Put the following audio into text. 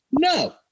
no